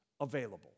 available